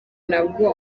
ntabwo